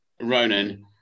Ronan